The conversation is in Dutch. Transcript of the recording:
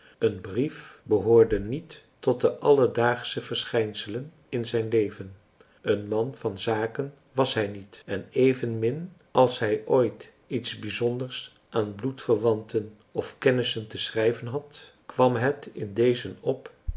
een brief behoorde niet tot de alledaagsche verschijnselen in zijn leven een man van zaken was hij niet en evenmin als hij ooit iets bijzonders aan bloedverwanten of kennissen te schrijven had kwam het in dezen op